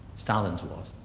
stalin's was.